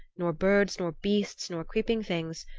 nor birds nor beasts nor creeping things,